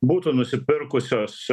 būtų nusipirkusios